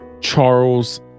Charles